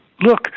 look